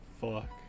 Fuck